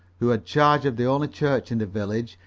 who had charge of the only church in the village,